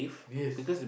yes